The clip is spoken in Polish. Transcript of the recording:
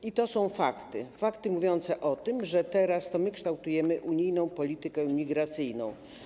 I to są fakty, fakty mówiące o tym, że teraz to my kształtujemy unijną politykę migracyjną.